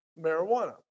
marijuana